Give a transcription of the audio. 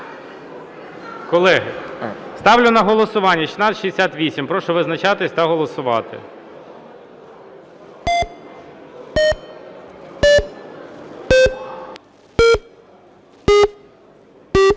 Колеги, ставлю на голосування 1668, Прошу визначатися та голосувати.